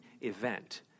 event